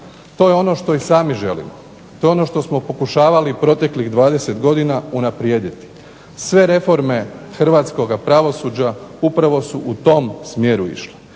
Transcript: To je ono što i sami želimo, to je ono što smo pokušavali proteklih 20 godina unaprijediti. Sve reforme hrvatskoga pravosuđa upravo su u tom smjeru išle